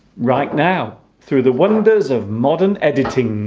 right now through the wonders of modern editing